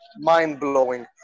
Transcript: mind-blowing